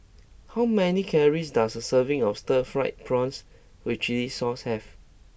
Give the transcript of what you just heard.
how many calories does a serving of Stir Fried Prawns with Chili Sauce have